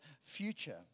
future